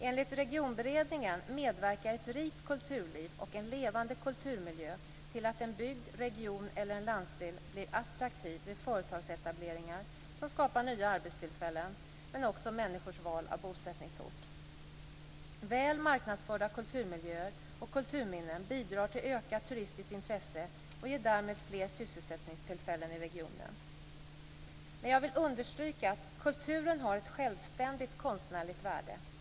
Enligt Regionberedningen medverkar ett rikt kulturliv och en levande kulturmiljö till att en bygd, region eller en landsdel blir attraktiv vid företagsetableringar som skapar nya arbetstillfällen, men också medverkar vid människors val av bostadsort. Väl marknadsförda kulturmiljöer och kulturminnen bidrar till ökat turistiskt intresse och ger därmed fler sysselsättningstillfällen i regionen. Men jag vill understryka att kulturen har ett självständigt konstnärligt värde.